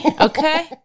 okay